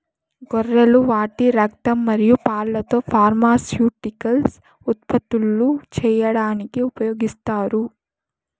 గొర్రెలు వాటి రక్తం మరియు పాలతో ఫార్మాస్యూటికల్స్ ఉత్పత్తులు చేయడానికి ఉపయోగిస్తారు